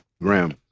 Graham